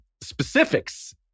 specifics